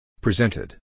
Presented